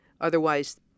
otherwise